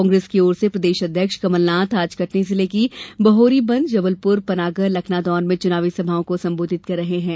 कांग्रेस की ओर से प्रदेश अध्यक्ष कमलनाथ आज कटनी जिले की बहोरीबंद जबलप्र पनागर लखनादौन में च्नावी सभाओं को संबोधित करेंगे